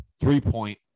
three-point